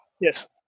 Yes